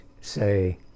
say